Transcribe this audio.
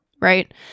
Right